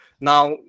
now